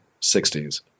60s